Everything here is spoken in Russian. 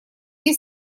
мне